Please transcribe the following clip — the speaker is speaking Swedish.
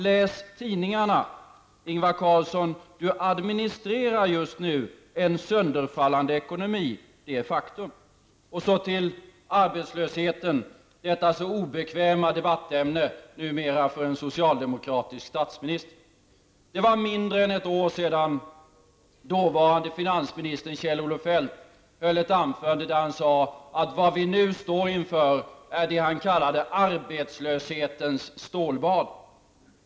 Läs tidningarna, Ingvar Carlsson! Du administrerar just nu en sönderfallande ekonomi. Det är faktum. Och så till arbetslösheten, detta numera så obekväma debattämne för en socialdemokratisk statsminister. För mindre än ett år sedan höll dåvarande finansministern Kjell-Olof Feldt ett anförande där han sade att vad vi nu står inför är ''arbetslöshetens stålbad''.